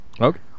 Okay